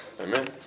Amen